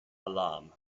alam